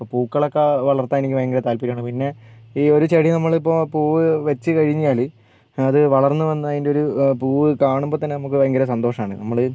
ഇപ്പം പൂക്കളക്കെ വളർത്താൻ എനിക്ക് ഭയങ്കര താല്പര്യമാണ് പിന്നെ ഈ ഒരു ചെടി നമ്മളിപ്പോൾ പൂവ് വെച്ച് കഴിഞ്ഞാൽ അത് വളർന്ന് വന്നതിൻറ്റൊരു പൂവ് കാണുമ്പോൾ തന്നെ നമുക്ക് ഭയങ്കര സന്തോഷമാണ് നമ്മൾ